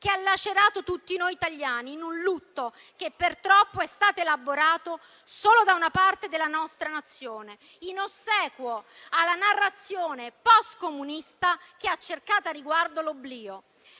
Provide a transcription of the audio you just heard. che ha lacerato tutti noi italiani in un lutto che per troppo tempo è stato elaborato solo da una parte della nostra Nazione, in ossequio alla narrazione post-comunista che ha cercato al riguardo l'oblio.